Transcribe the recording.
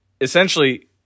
essentially